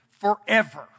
forever